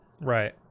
Right